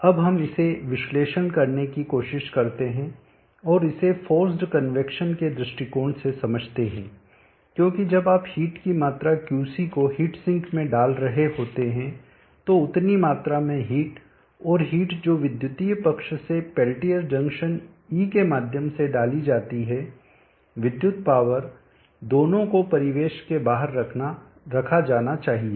अब हम इसे विश्लेषण करने की कोशिश करते हैं और इसे फोर्सड कन्वैक्शन के दृष्टिकोण से समझते हैं क्योंकि जब आप हीट की मात्रा Qc को हीट सिंक में डाल रहे होते हैं तो उतनी मात्रा में हीट और हीट जो विद्युतीय पक्ष से पेल्टियर जंक्शन E के माध्यम से डाली जाती है विद्युत पावर दोनों को परिवेश के बाहर रखा जाना चाहिए